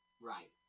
right